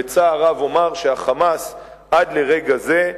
בצער רב אומר, שה"חמאס", עד לרגע זה,